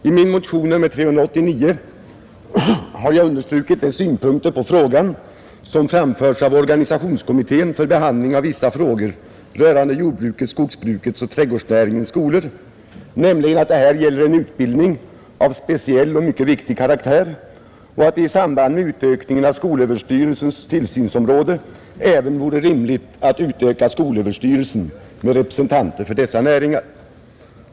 I min motion nr 389 har jag understrukit de synpunkter på frågan som framförts av organisationskommittén för behandling av vissa frågor rörande jordbrukets, skogsbrukets och trädgårdsnäringens skolor, nämligen att det här gäller en utbildning av speciell och mycket viktig karaktär och att det i samband med utökningen av skolöverstyrelsens tillsynsområde även vore rimligt att utöka skolöverstyrelsen med representanter för dessa näringar.